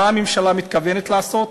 מה הממשלה מתכוונת לעשות?